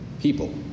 people